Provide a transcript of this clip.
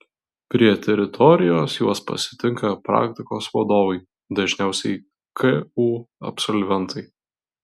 prie teritorijos juos pasitinka praktikos vadovai dažniausiai ku absolventai